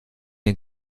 den